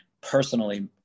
personally